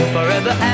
Forever